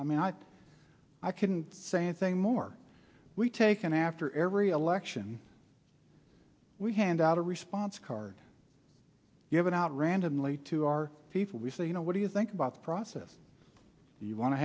i mean i i couldn't say anything more we taken after every election we hand out a response card given out randomly to our people we say you know what do you think about the process you wan